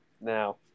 Now